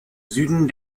süden